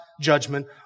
judgment